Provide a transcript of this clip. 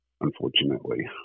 unfortunately